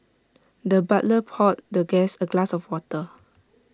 the butler poured the guest A glass of water